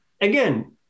again